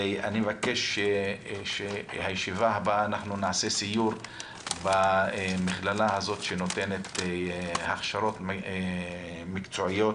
אני מבקש שבישיבה הבאה נעשה סיור במכללה שנותנת הכשרות מקצועיות